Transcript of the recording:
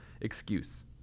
excuse